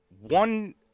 One